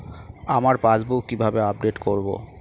আমার পাসবুক কিভাবে আপডেট করবো?